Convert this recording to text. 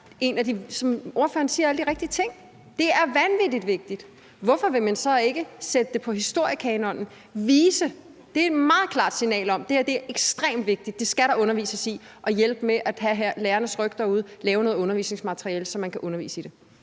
vigtig – ordføreren siger jo alle de rigtige ting – hvorfor vil man så ikke sætte det på historiekanonen og dermed sende et meget klart signal om, at det her er ekstremt vigtigt, og det skal der undervises i, og hjælpe lærerne ved at have deres ryg derude og lave noget undervisningsmateriale, så man kan undervise i det?